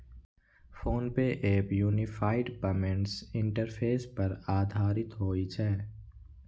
PhonePe app unified payments interface पर आधारित होइ छै